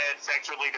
sexually